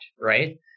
Right